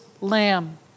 lamb